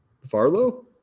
Farlow